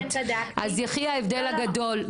אז יחי ההבדל הגדול,